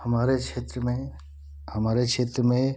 हमारे क्षेत्र में हमारे क्षेत्र में